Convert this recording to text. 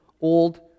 old